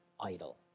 idol